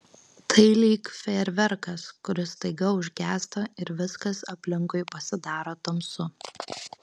tai lyg fejerverkas kuris staiga užgęsta ir viskas aplinkui pasidaro tamsu